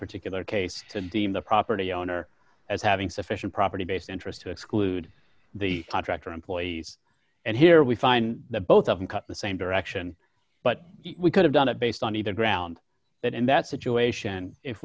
particular case and deem the property owner as having sufficient property based interest to exclude the contractor employees and here we find that both of them cut the same direction but we could have done it based on even ground that in that situation if